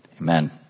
Amen